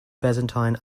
byzantine